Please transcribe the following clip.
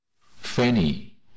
fanny